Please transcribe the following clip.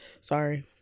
Sorry